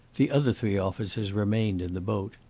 the other three officers remained in the boat.